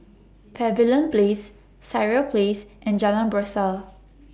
Pavilion Place Sireh Place and Jalan Berseh